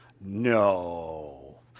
No